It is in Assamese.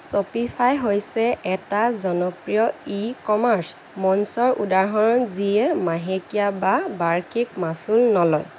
শ্বপিফাই হৈছে এটা জনপ্ৰিয় ই কমাৰ্চ মঞ্চৰ উদাহৰণ যিয়ে মাহেকীয়া বা বাৰ্ষিক মাচুল নলয়